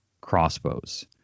crossbows